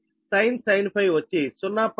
8sin ∅ వచ్చి 0